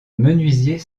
menuisier